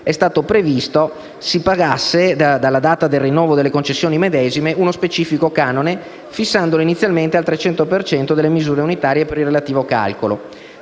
è stato previsto si pagasse, dalla data del rinnovo delle concessioni medesime, uno specifico canone, fissandolo inizialmente al 300 per cento delle misure unitarie per il relativo calcolo.